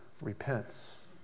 repents